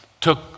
took